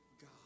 God